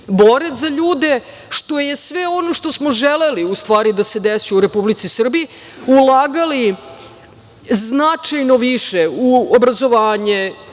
bore za ljude, što je sve ono što smo želeli da se desi u Republici Srbiji. Ulagali smo značajno više u obrazovanje,